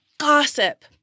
Gossip